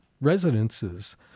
residences